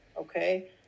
okay